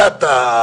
רגע,